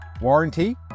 warranty